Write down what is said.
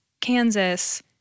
Kansas